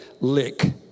Lick